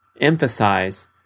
emphasize